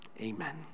amen